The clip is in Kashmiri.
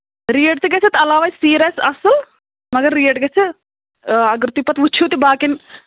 ریٹ تہِ گژھِ اَتھ علاوے سیٖر آسہِ اَصٕل مگر ریٹ گژھِ اَگر تُہۍ پتہٕ وٕچھِو تہٕ باقین